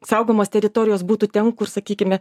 saugomos teritorijos būtų ten kur sakykime